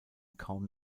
kaum